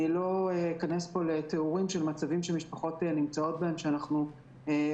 אני לא אכנס פה לתיאור מצבים של משפחות שבהן אנחנו עוסקים,